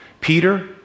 Peter